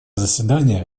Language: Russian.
заседание